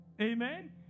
amen